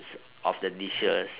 of the dishes